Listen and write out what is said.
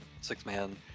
six-man